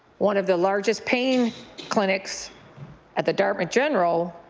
one of the largest pain clinics at the dartmouth general